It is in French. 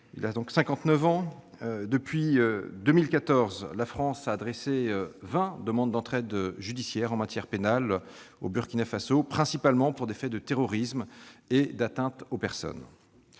cinquante-neuf ans. Depuis 2014, la France a adressé vingt demandes d'entraide judiciaire en matière pénale au Burkina Faso, principalement pour des faits de terrorisme et d'atteinte aux personnes.